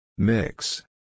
Mix